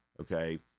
okay